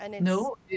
No